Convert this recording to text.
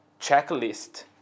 checklist